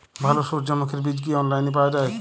ভালো সূর্যমুখির বীজ কি অনলাইনে পাওয়া যায়?